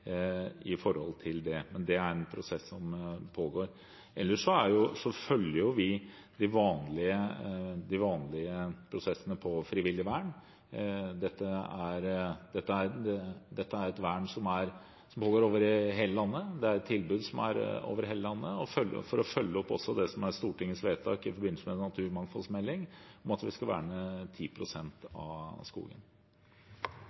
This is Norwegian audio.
det. Men det er en prosess som pågår. Ellers følger vi de vanlige prosessene for frivillig vern. Dette er et vern som gjelder hele landet, det er et tilbud som er over hele landet for å følge opp også det som er Stortingets vedtak i forbindelse med en naturmangfoldsmelding om at vi skal verne